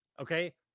okay